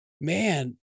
man